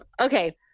okay